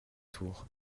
tour